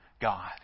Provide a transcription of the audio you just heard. God